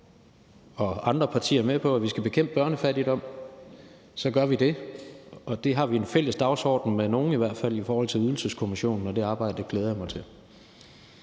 og andre partier med på, at vi skal bekæmpe børnefattigdom, så gør vi det, og det har vi en fælles dagsorden om, i hvert fald med nogle, i forhold til Ydelseskommissionen, og det arbejde glæder jeg mig til.